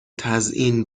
تزیین